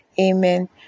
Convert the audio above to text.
amen